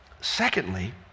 Secondly